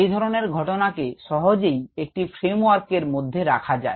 এই ধরনের ঘটনাকে সহজেই একটি ফ্রেমওয়ার্ক এর মধ্যে রাখা যায়